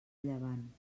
llevant